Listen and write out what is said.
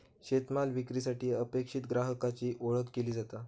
शेतमाल विक्रीसाठी अपेक्षित ग्राहकाची ओळख केली जाता